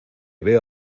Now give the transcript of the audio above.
veo